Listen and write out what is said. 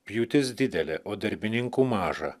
pjūtis didelė o darbininkų maža